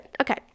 Okay